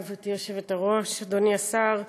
לגברתי היושבת-ראש, אדוני השר,